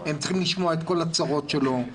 הם צריכים לשמוע את כל הצרות שלו,